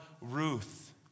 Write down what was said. Ruth